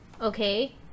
Okay